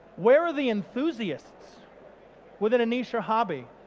where are the enthusiasts within niche ah hobby?